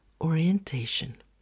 orientation